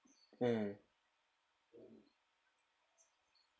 mm